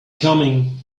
coming